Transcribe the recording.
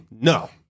No